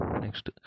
next